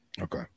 Okay